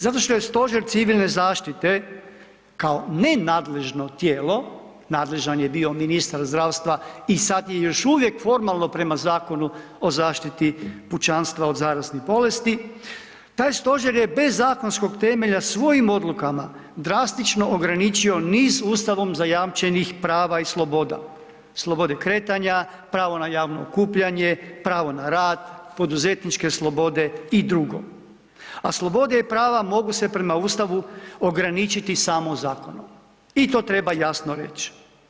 Zato što je Stožer civilne zaštite, kao nenadležno tijelo, nadležan je bio ministar zdravstva i sada je još uvijek formalno prema Zakonu o zaštiti pučanstva od zaraznih bolesti, taj stožer je bez zakonskog temelja svojim odlukama drastično ograničio niz Ustavom zajamčenih prava i sloboda, slobode kretanja, pravo na javno okupljanje, pravo na rad, poduzetničke slobode i dr., a slobode i prava mogu se prema Ustavu ograničiti samo zakonom i to treba jasno reći.